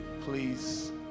please